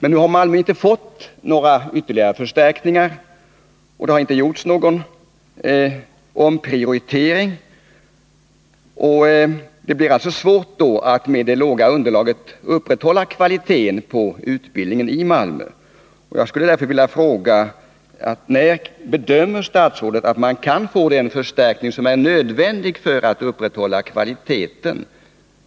Nu har Malmö inte fått några ytterligare förstärkningar, och det har inte gjorts någon omprioritering. Det blir alltså svårt att upprätthålla kvaliteten på utbildningen i Malmö med det låga underlaget. Jag skulle därför vilja fråga: När bedömer statsrådet att man kan få den förstärkning som är nödvändig för att upprätthålla kvaliteten?